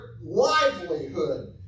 livelihood